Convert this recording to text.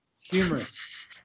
humorous